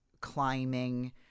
climbing